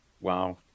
Wow